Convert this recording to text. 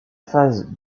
phase